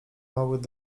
małych